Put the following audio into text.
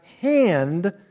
hand